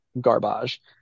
garbage